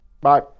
Bye